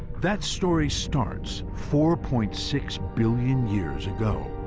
that story starts four point six billion years ago,